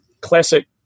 classic